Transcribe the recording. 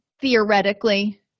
theoretically